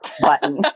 button